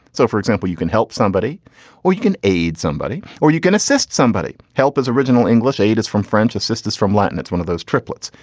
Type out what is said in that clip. so for example you can help somebody or you can aid somebody or you can assist somebody help his original english aid is from french assistance from latin it's one of those triplets.